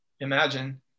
imagine